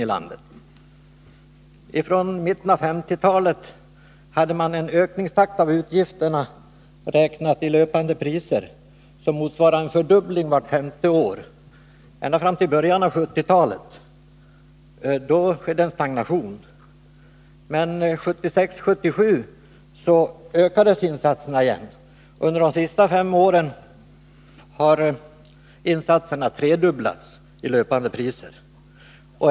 Från mitten av 1950-talet hade man en ökningstakt för utgifterna, räknat i löpande priser, som motsvarade en fördubbling vart femte år ända fram till början av 1970-talet, då en stagnation inträdde. 1976 och 1977 ökades insatserna igen. Under de senaste fem åren har insatserna tredubblats i löpande priser.